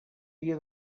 dia